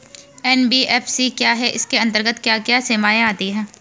NBFC क्या है इसके अंतर्गत क्या क्या सेवाएँ आती हैं?